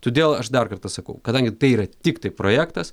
todėl aš dar kartą sakau kadangi tai yra tiktai projektas